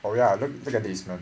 oh ya look look at these man